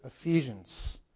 Ephesians